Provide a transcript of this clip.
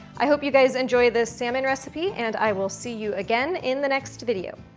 i hope you guys enjoy this salmon recipe, and i will see you again in the next video.